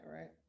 right